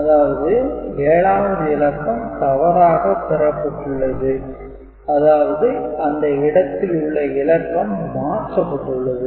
அதாவது 7 வது இலக்கம் தவறாக பெறப்பட்டுள்ளது அதாவது அந்த இடத்தில் உள்ள இலக்கம் மாற்றப்பட்டுள்ளது